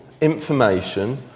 information